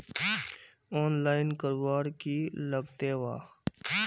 Online करवार की लगते वा?